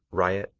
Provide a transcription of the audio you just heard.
riot,